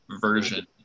version